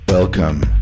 Welcome